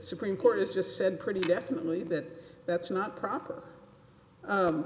supreme court has just said pretty definitely that that's not proper